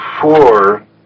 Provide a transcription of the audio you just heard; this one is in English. four